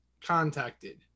contacted